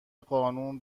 قانون